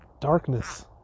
Darkness